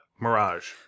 Mirage